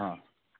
हँ